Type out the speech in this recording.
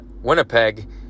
Winnipeg